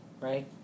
right